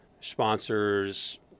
sponsors